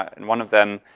and one of them,